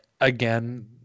again